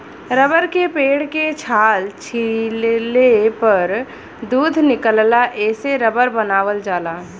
rubber के पेड़ के छाल छीलले पर दूध निकलला एसे रबर बनावल जाला